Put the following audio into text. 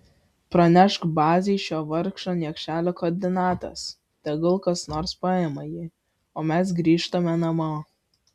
pranešk bazei šio vargšo niekšelio koordinates tegul kas nors paima jį o mes grįžtame namo